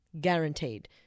Guaranteed